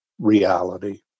reality